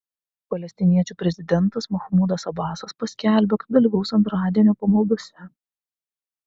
palestiniečių prezidentas mahmudas abasas paskelbė kad dalyvaus antradienio pamaldose